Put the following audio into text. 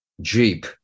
jeep